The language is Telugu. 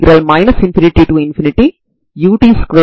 మీకు f విలువ తెలిస్తే n 123 కి ఇది ఒక నెంబర్ ను సూచిస్తుంది